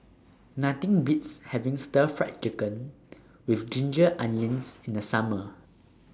Nothing Beats having Stir Fry Chicken with Ginger Onions in The Summer